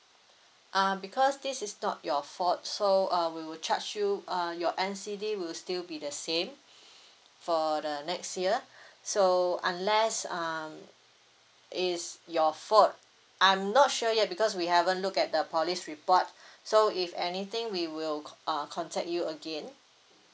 uh because this is not your fault so uh we will charge you uh your N_C_D will still be the same for the next year so unless um is your fault I'm not sure yet because we haven't look at the police report so if anything we will co~ uh contact you again